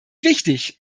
wichtig